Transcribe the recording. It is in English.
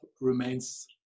remains